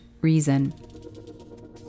Reason